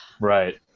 Right